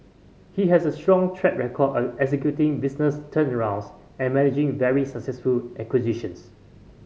he has a strong track record of executing business turnarounds and managing very successful acquisitions